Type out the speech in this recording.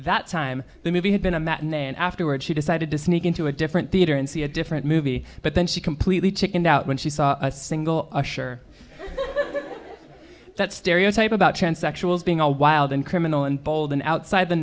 that time the movie had been a matinee and afterward she decided to sneak into a different theater and see a different movie but then she completely chickened out when she saw a single usher that stereotype about transsexuals being all wild and criminal and bold and outside the